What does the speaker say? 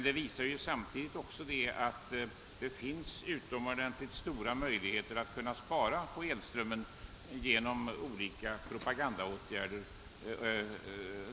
Det har emellertid under den senaste tiden visat sig att det är möjligt att spara elström genom propagandaåtgärder.